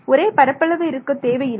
ஒரே பரப்பளவு இருக்கத் தேவையில்லை